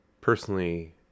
Personally